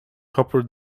copper